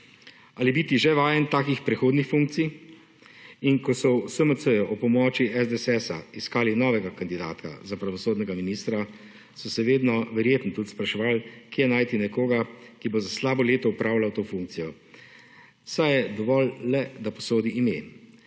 Ali biti že vajen takih prehodnih funkcij in ko so v SMC-ju ob pomoči SDS iskali novega kandidata za pravosodnega ministra, so se vedno verjetno tudi spraševali kje najti nekoga, ki bo slabo leto opravljal to funkcijo, saj je dovolj le, da posodi ime,